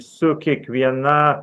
su kiekviena